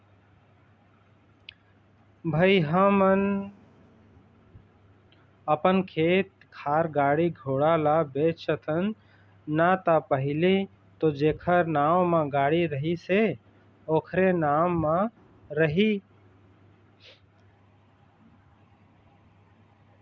भई हम अपन खेत खार, गाड़ी घोड़ा ल बेचथन ना ता पहिली तो जेखर नांव म गाड़ी रहिस हे ओखरे नाम म रही